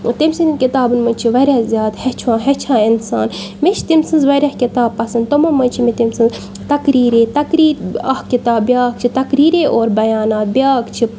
تٔمۍ سٕندٮ۪ن کِتابَن منٛز چھِ واریاہ زیادٕ ہیٚچھو ہیٚچھان اِنسان مےٚ چھِ تٔمۍ سٕنٛز واریاہ کِتاب پَسنٛد تِمو منٛز چھِ مےٚ تٔمۍ سٕنٛز تقریٖری تقریٖر اَکھ کِتاب بیٛاکھ چھِ تقریٖری اور بیانات بیٛاکھ چھِ